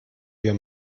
wir